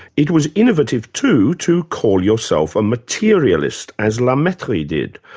it was innovative too, to call yourself a materialist, as la mettrie did.